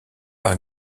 par